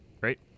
right